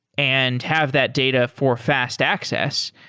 and have that data for fast access,